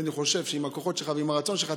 אני חושב שעם הכוחות שלך והרצון שלך,